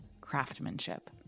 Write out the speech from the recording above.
craftsmanship